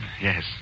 Yes